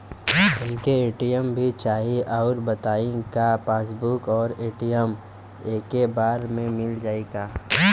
हमके ए.टी.एम भी चाही राउर बताई का पासबुक और ए.टी.एम एके बार में मील जाई का?